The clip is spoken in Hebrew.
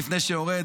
לפני שאני יורד,